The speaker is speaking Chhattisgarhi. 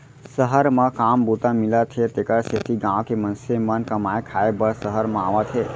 सहर म काम बूता मिलत हे तेकर सेती गॉँव के मनसे मन कमाए खाए बर सहर म आवत हें